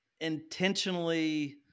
intentionally